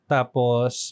Tapos